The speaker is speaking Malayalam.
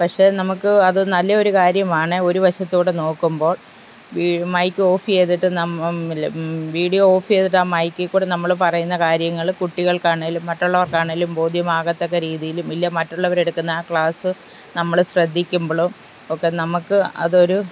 പക്ഷേ നമുക്ക് അത് നല്ല ഒരു കാര്യമാണ് ഒരു വശത്തുകൂടി നോക്കുമ്പോൾ ഈ മൈക്ക് ഓഫ് ചെയ്തിട്ട് വീഡിയോ ഓഫ് ചെയ്തിട്ടാണ് മൈക്കിൽക്കൂടി നമ്മൾ പറയുന്ന കാര്യങ്ങൾ കുട്ടികൾക്കാണെങ്കിലും മറ്റുള്ളവർക്കാണെങ്കിലും ബോധ്യമാകത്തക്ക രീതിയിൽ ഇല്ലെങ്കിൽ മറ്റുള്ളവരെടുക്കുന്ന ആ ക്ലാസ്സ് നമ്മൾ ശ്രദ്ധിക്കുമ്പോഴും ഒക്കെ നമ്മൾക്ക് അതൊരു